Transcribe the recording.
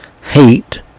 Hate